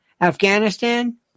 Afghanistan